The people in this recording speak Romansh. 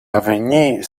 avegnir